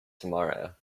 tomorrow